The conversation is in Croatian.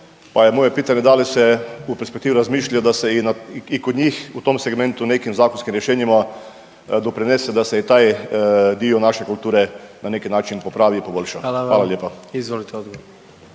moje pitanje da li se u perspektivi razmišlja da se i kod njih u tom segmentu nekim zakonskim rješenjima doprinese da se i taj dio naše kulture na neki način popravi i poboljša. …/Upadica: Hvala vam./…